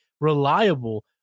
reliable